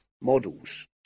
models